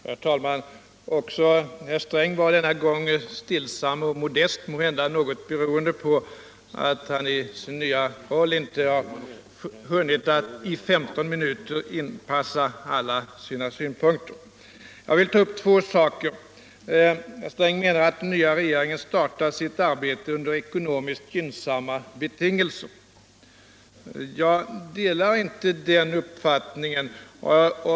Herr talman! Också herr Sträng var denna gång stillsam och modest. måhända något beroende på att han i sin nya roll på 15 minuter inte hann utveckla atta sina synpunkter. Jag vill ta upp två saker. Herr Sträng menar att den nva regeringen startar sitt arbete under ckonomiskt gynnsamma betingelser. Jag delar inte den uppfattningen.